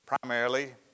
primarily